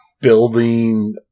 building